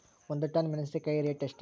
ಒಂದು ಟನ್ ಮೆನೆಸಿನಕಾಯಿ ರೇಟ್ ಎಷ್ಟು?